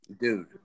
Dude